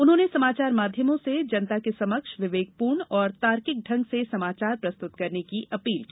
उन्होंने समाचार माध्यमों से जनता के समक्ष विवेकपूर्ण और तार्किक ढंग से समाचार प्रस्तुत करने की अपील की